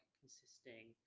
consisting